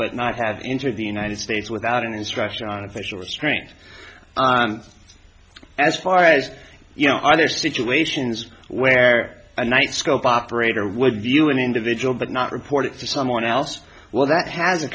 but not have entered the united states without an instruction on official restraint as far as you know under situations where a nightscope operator would view an individual but not report it to someone else well that has